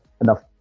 enough